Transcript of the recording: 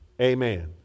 Amen